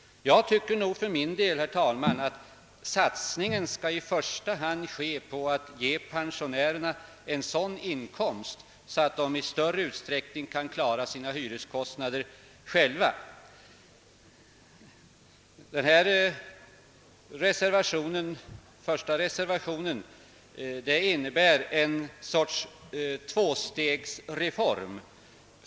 Jag anser att vi i första hand bör satsa på att ge pensionärerna en sådan inkomst att de i största utsträckning själva kan klara sin hyreskostnader. I reservation I föreslås en sorts tvåstegsreform.